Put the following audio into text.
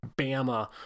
Bama